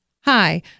Hi